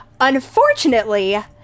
Unfortunately